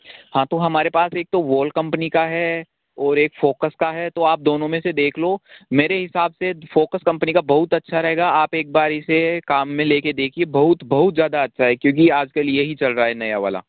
हाँ तो हमारे पास एक तो वॉल कंपनी का है और एक फ़ोकस का है तो आप दोनों में से देख लो मेरे हिसाब से फ़ोकस कंपनी का बहुत अच्छा रहेगा आप एक बार इसे काम में लेके देखिए बहुत बहुत ज़्यादा अच्छा है क्योंकि आजकल यही चल रहा है नया वाला